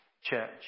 church